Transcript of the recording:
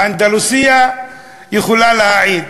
ואנדלוסיה יכולה להעיד.